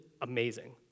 amazing